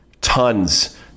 Tons